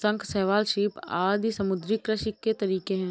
शंख, शैवाल, सीप आदि समुद्री कृषि के तरीके है